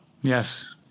Yes